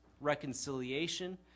reconciliation